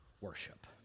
worship